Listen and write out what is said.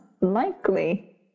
likely